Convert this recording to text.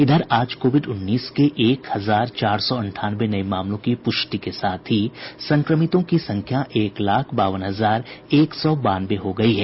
इधर आज कोविड उन्नीस के एक हजार चार सौ अंठानवे नये मामलों की पुष्टि के साथ ही संक्रमितों की संख्या एक लाख बावन हजार एक सौ बानवे हो गयी है